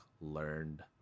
learned